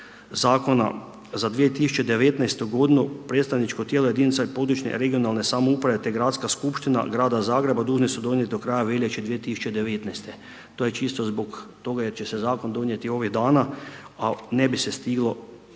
zakona za 2019. g. predstavničko tijelo jedinica područne (regionalne) samouprave te Gradska skupština grada Zagreba dužni su donijeti do kraja veljače 2019. To je čisto zbog toga jer će se zakon donijeti ovih dana a ne bi se stiglo